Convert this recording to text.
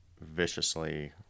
viciously